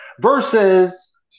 versus